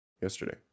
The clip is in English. yesterday